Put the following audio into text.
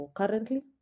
currently